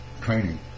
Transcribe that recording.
training